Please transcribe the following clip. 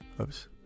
Oops